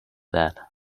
that